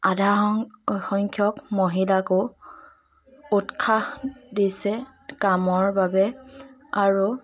আধাসং সংখ্যক মহিলাকো উৎসাহ দিছে কামৰ বাবে আৰু